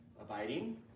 Abiding